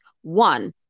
One